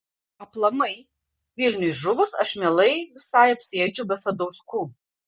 aplamai vilniui žuvus aš mielai visai apsieičiau be sadauskų